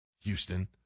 Houston